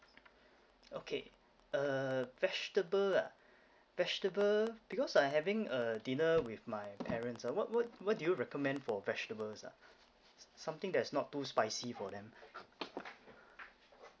okay uh vegetable ah vegetable because I having a dinner with my parents uh what what what do you recommend for vegetables ah something that's not too spicy for them